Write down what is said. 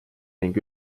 ning